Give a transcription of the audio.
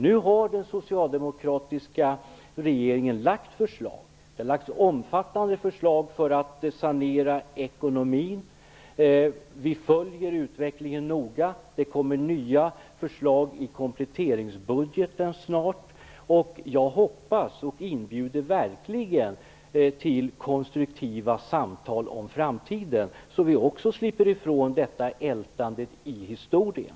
Nu har den socialdemokratiska regeringen lagt fram omfattande förslag för att sanera ekonomin. Vi följer utvecklingen noga. Det kommer snart nya förslag i kompletteringsbudgeten. Jag hoppas på och inbjuder verkligen till konstruktiva samtal om framtiden, också för att vi skall slippa ifrån detta ältande i historien.